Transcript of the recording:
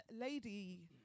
lady